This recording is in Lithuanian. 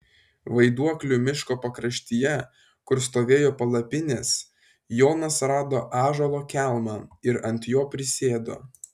vaiduoklių miško pakraštyje kur stovėjo palapinės jonas rado ąžuolo kelmą ir ant jo prisėdo